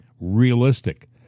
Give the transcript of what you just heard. realistic